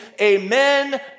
amen